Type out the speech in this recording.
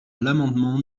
l’amendement